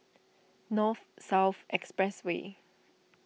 North South Expressway